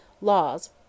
laws